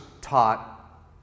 taught